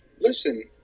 Listen